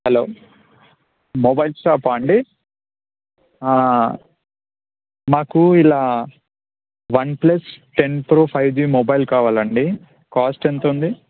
hello mobile షాపా అండి మాకు ఇలా OnePlus ten pro five G mobile కావాలండి కాస్ట్ ఎంత ఉంది